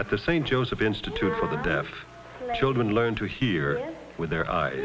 at the st joseph institute for the deaf children learn to hear with their eyes